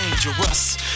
dangerous